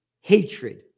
hatred